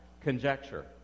conjecture